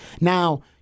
Now